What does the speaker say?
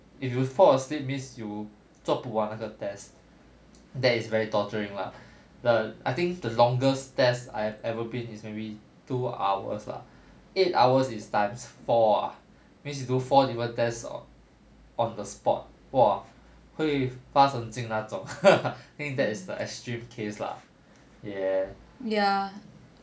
if you fall asleep means you 做不完那个 test that is very torturing lah the I think the longest test I have ever been is maybe two hours lah eight hours is times four ah means you do four different tests on on the spot !wah! 会发神经那种 think that is the extreme case lah ya